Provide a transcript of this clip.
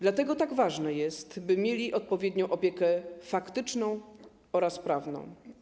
Dlatego tak ważne jest, by mieli odpowiednią opiekę faktyczną oraz prawną.